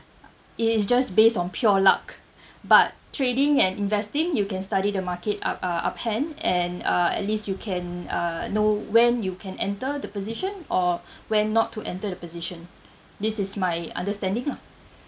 it is just based on pure luck but trading and investing you can study the market up uh up hand and uh at least you can uh know when you can enter the position or when not to enter the position this is my understanding ah